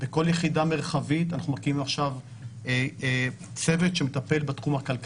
בכל יחידה מרחבית אנחנו מקימים עכשיו צוות שמטפל בתחום הכלכלי.